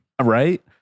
right